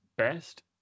Best